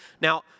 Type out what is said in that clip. Now